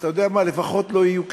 אתה יודע מה, לפחות לא יהיו קיצוצים.